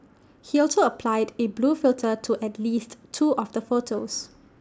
he also applied A blue filter to at least two of the photos